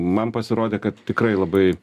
man pasirodė kad tikrai labai